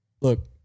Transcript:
look